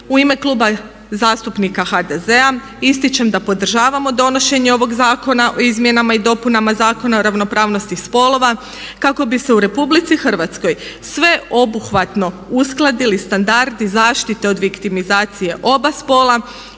u ime Kluba zastupnika HDZ-a ističem da podržavamo donošenje ovog zakona o izmjenama i dopunama Zakona o ravnopravnosti spolova kako bi se u RH sveobuhvatno uskladili standardi zaštite od viktimizacije oba spola